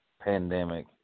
pandemic